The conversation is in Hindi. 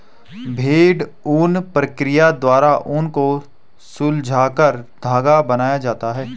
भेड़ ऊन प्रक्रिया द्वारा ऊन को सुलझाकर धागा बनाया जाता है